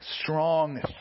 strong